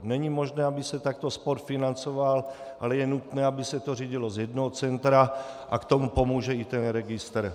Není možné, aby se takto sport financoval, ale je nutné, aby se to řídilo z jednoho centra, a k tomu pomůže i registr.